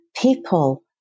people